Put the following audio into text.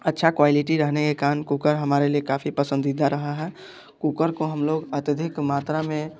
अच्छा क्वालिटी रहने के कारण कुकर हमारे लिए काफ़ी पसंदीदा रहा है कुकर को हम लोग अत्यधिक मात्रा में